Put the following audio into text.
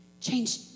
change